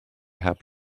help